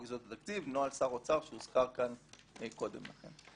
יסודות התקציב נוהל שר אוצר שהוזכר כאן קודם לכן.